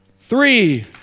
three